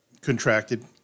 Contracted